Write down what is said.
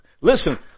listen